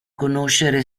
conoscere